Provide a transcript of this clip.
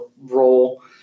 role